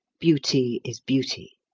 beauty is beauty,